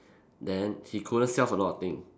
then he couldn't sell for a lot of thing